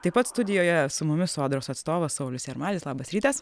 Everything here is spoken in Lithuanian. taip pat studijoje su mumis sodros atstovas saulius jarmalis labas rytas